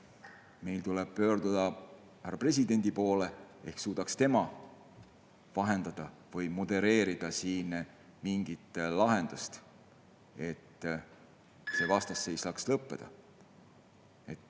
meil tuleb pöörduda härra presidendi poole, ehk suudab tema vahendada või modereerida siin mingit lahendust, et see vastasseis saaks lõppeda.